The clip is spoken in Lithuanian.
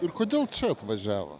ir kodėl čia atvažiavo